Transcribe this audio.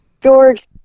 George